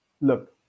Look